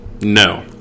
no